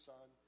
Son